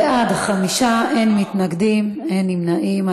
בעד, 5, אין מתנגדים ואין נמנעים.